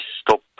stop